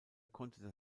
konnte